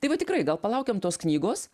tai va tikrai gal palaukiam tos knygos